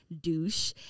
douche